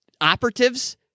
operatives